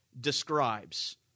describes